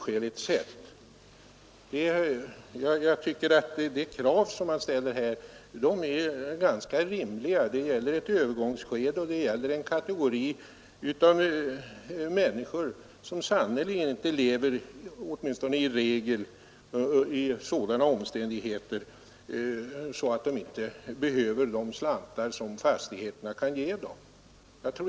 Jag tycker att de krav som man ställer här är ganska rimliga. Det gäller ett övergångsskede och det gäller en kategori av människor som sannerligen inte lever — åtminstone i regel — i sådana omständigheter att de inte behöver de slantar som fastigheterna kan ge dem.